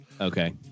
Okay